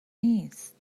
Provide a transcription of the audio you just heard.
نیست